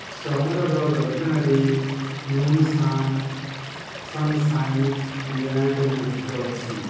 ସହରର ଦକ୍ଷିଣରେ Nonsan Sunshine Land ମଧ୍ୟ ଅଛି